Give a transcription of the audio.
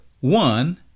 One